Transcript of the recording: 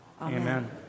Amen